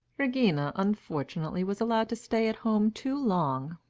regina, unfortunately, was allowed to stay at home too long.